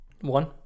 One